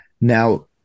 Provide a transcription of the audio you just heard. Now